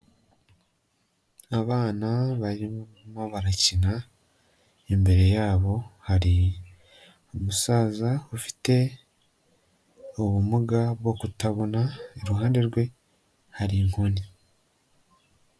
Abana barimo barakina imbere yabo hari umusaza ufite ubumuga bwo kutabona, iruhande rwe hari inkoni.